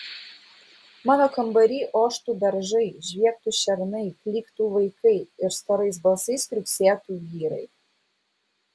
mano kambary oštų beržai žviegtų šernai klyktų vaikai ir storais balsais kriuksėtų vyrai